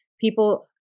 People